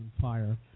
fire